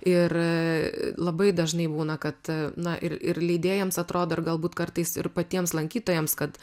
ir labai dažnai būna kad na ir leidėjams atrodo ir galbūt kartais ir patiems lankytojams kad